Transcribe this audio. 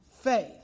faith